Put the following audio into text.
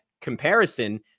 comparison